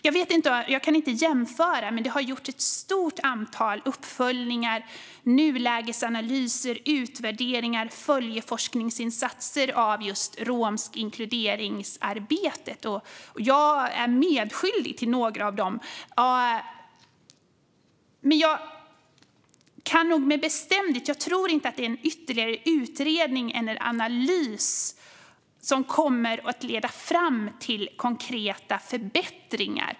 Jag kan inte jämföra, men det har gjorts ett stort antal uppföljningar, nulägesanalyser, utvärderingar och följeforskningsinsatser av just romskt inkluderingsarbete. Jag är medskyldig till några av dem. Men jag kan med bestämdhet säga att jag inte tror att det är en ytterligare utredning eller analys som kommer att leda fram till konkreta förbättringar.